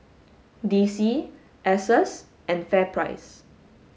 D C Asos and FairPrice